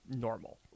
normal